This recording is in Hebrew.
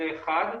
זה אחד.